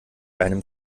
einem